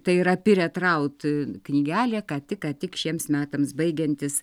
tai yra piret raud knygelė ką tik ką tik šiems metams baigiantis